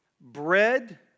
bread